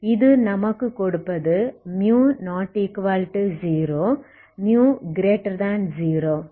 இது நமக்கு கொடுப்பது μ≠0 μ0 ஆகவே c1c2